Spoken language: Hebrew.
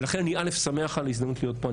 אני שמח על ההזדמנות להיות פה.